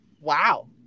wow